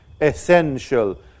essential